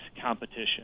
competition